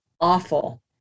awful